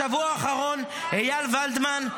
בשבוע האחרון איל וולדמן,